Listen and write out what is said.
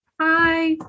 Hi